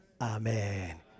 amen